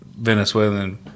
venezuelan